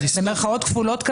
במירכאות כפולות,